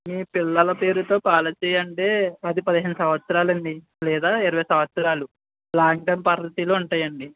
మీ పిల్లల పేరుతో పాలసీ అంటే పది పదిహేను సంవత్సరాలండీ లేదా ఇరవై సంవత్సరాలు లాంగ్ టర్మ్ పాలసీలు ఉంటాయండి